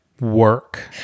work